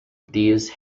these